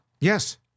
Yes